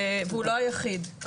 והוא לא היחיד.